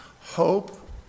hope